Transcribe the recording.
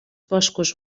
boscos